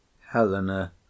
Helena